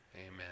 Amen